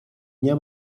nie